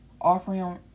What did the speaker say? Offering